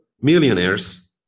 millionaires